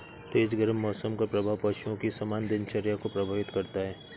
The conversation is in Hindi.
तेज गर्म मौसम का प्रभाव पशुओं की सामान्य दिनचर्या को प्रभावित करता है